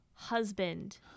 Husband